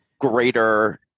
greater